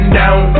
down